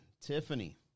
Tiffany